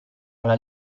alla